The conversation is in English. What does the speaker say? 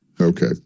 Okay